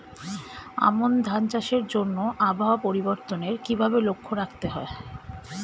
আমন ধান চাষের জন্য আবহাওয়া পরিবর্তনের কিভাবে লক্ষ্য রাখতে হয়?